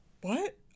What